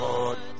Lord